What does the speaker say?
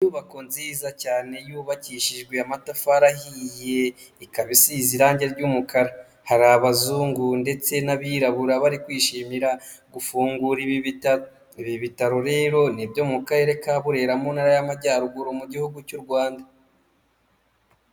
Inyubako nziza cyane yubakishijwe amatafari ahiye, ikaba isize irangi ry'umukara. Hari abazungu ndetse n'abirabura bari kwishimira gufungura ibi bitaro. Ibi bitaro rero ni ibyo mu karere ka Burera mu ntara y'amajyaruguru mu gihugu cy'u Rwanda.